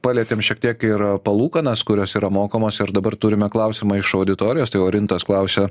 palietėm šiek tiek ir palūkanas kurios yra mokamos ir dabar turime klausimą iš auditorijos tai orintas klausia